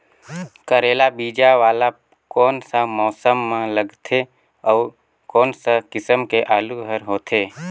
करेला बीजा वाला कोन सा मौसम म लगथे अउ कोन सा किसम के आलू हर होथे?